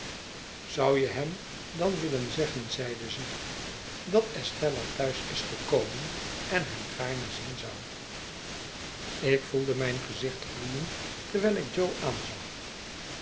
zou je hem dan willen zeggeri zeide ze als dat estella thuis is geko men en hem gaarne zien zou ik voelde mijn gezicht gloeien terwijl ik jo aanzag